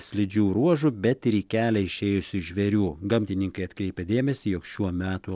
slidžių ruožų bet ir į kelią išėjusių žvėrių gamtininkai atkreipia dėmesį jog šiuo metų